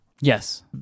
Yes